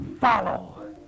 Follow